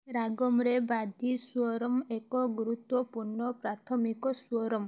ରାଗମ୍ରେ ବାଦୀ ସ୍ଵରମ୍ ଏକ ଗୁରୁତ୍ଵପୂର୍ଣ୍ଣ ପ୍ରାଥମିକ ସ୍ଵରମ୍